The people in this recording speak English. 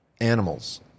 animals